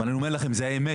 אבל אני אומר לכם: זאת האמת.